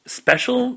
special